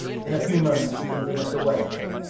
in a few moments you can bring us away, gregg.